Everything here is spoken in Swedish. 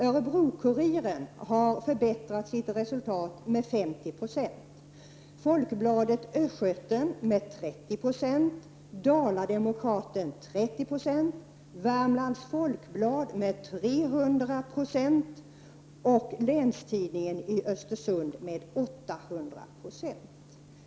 Öre bro-Kuriren har förbättrat sitt resultat med 50 96, Folkbladet Östgöten sitt med 30 2, Dala-Demokraten sitt med 30 76 och Värmlands Folkblad sitt med 300 90. Länstidningen i Östersund har förbättrat sitt resultat med 800 96.